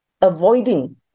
avoiding